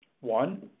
one